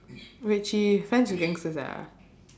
wait she finds the gangsters ah